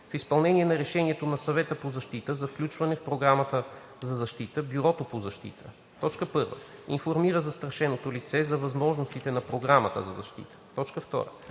В изпълнение на решението на Съвета по защита за включване в Програмата за защита Бюрото по защита: 1. информира застрашеното лице за възможностите на Програмата за защита; 2.